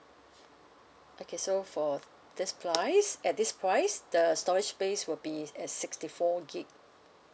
okay so for this price at this price the storage space will be at sixty four gig